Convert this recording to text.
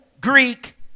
Greek